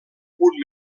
punt